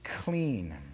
clean